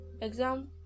exam